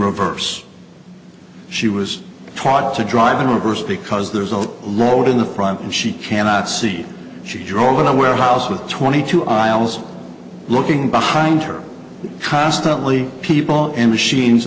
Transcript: reverse she was taught to drive in reverse because there's a road in the front and she cannot see she drove in a warehouse with twenty two aisles looking behind her constantly people in machines